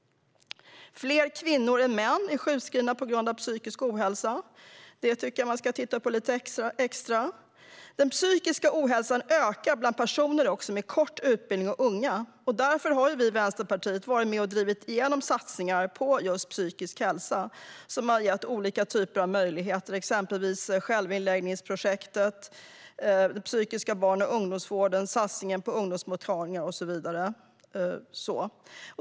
Fler kvinnor än män är sjukskrivna på grund av psykisk ohälsa. Det tycker jag att man ska titta lite extra på. Den psykiska ohälsan ökar bland personer med kort utbildning och bland unga. Därför har vi i Vänsterpartiet varit med och drivit igenom satsningar på just psykisk hälsa. Det handlar om självinläggningsprojekt, den psykiska barn och ungdomsvården, satsningen på ungdomsmottagningar och så vidare.